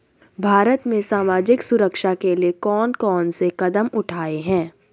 भारत में सामाजिक सुरक्षा के लिए कौन कौन से कदम उठाये हैं?